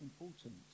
important